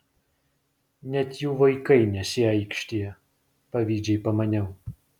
net jų vaikai nesiaikštija pavydžiai pamaniau